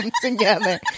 together